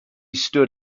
stood